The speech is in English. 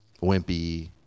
wimpy